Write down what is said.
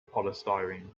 polystyrene